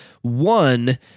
One